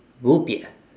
wopier